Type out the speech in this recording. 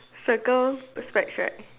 circle the specs right